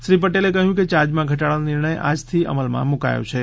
શ્રી પટેલે કહ્યું કે યાર્જમાં ધટાડાનો નિર્ણય આજથી અમલમાં મૂકાયો છે